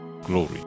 glory